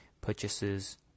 purchases